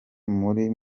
muri